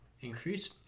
increase